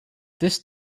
this